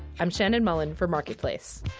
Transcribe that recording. i'm shannon mullen for marketplace